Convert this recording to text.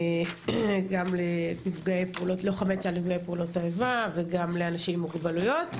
גם ללוחמי צה"ל נפגעי פעולות איבה וגם לאנשים עם מוגבלויות.